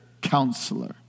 counselor